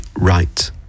right